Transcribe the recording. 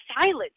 silence